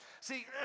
See